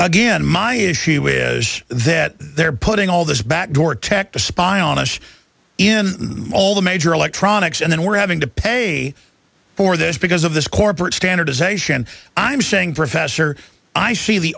again my issue is that they're putting all this backdoor tech to spy on us in all the major electronics and then we're having to pay for this because of this corporate standardization i'm saying professor i see the